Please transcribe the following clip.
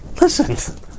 Listen